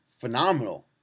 phenomenal